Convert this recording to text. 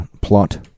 plot